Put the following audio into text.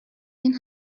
این